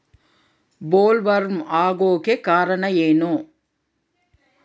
Bollworm ಆಗೋಕೆ ಕಾರಣ ಏನು?